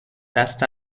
دست